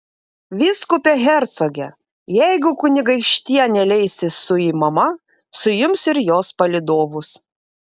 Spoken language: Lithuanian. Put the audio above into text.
vyskupe hercoge jeigu kunigaikštienė leisis suimama suims ir jos palydovus